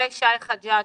גם שי חג'ג'